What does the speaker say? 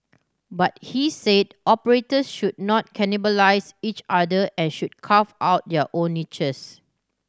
but he said operator should not cannibalise each other and should carve out their own niches